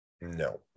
No